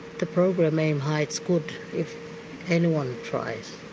the program aim high it's good, if anyone tries.